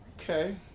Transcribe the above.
Okay